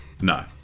No